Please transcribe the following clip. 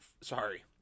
sorry